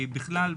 בכלל,